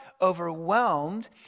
overwhelmed